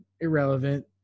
Irrelevant